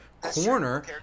Corner